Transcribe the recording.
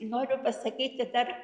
noriu pasakyti dar